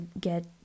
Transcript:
get